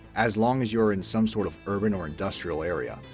as long as you are in some sort of urban or industrial area,